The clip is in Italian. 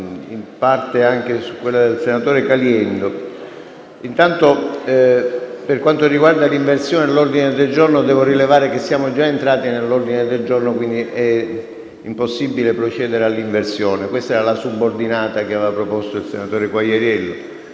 in parte anche su quella del senatore Caliendo, innanzitutto, per quanto riguarda l'inversione dell'ordine del giorno, devo rilevare che siamo già entrati nell'ordine del giorno. Quindi, è impossibile procedere all'inversione. E questa era la subordinata proposta dal senatore Quagliariello.